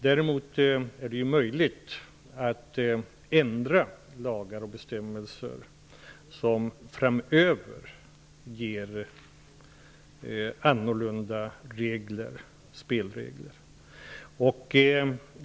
Däremot är det möjligt att ändra på lagar och bestämmelser som framöver ger annorlunda spelregler.